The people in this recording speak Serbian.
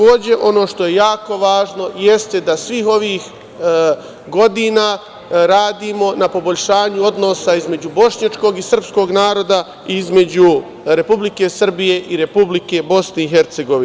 Ono što je jako važno jeste da svih ovih godina radimo na poboljšanju odnosna između bošnjačkog i srpskog naroda i između Republike Srbije i Republike Bosne i Hercegovine.